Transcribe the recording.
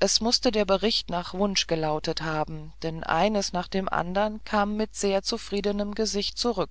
es mußte der bericht nach wunsch gelautet haben denn eines nach dem andern kam mit sehr zufriedenem gesicht zurück